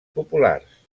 populars